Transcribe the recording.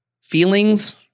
Feelings